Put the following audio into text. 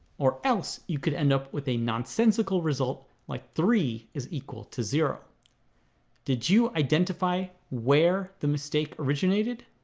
or else you could end up with a nonsensical result like three is equal to zero did you identify where the mistake originated?